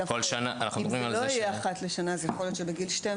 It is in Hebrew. דווקא אם זה לא יהיה אחת לשנה אז יכול להיות שבגיל 12